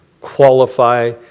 qualify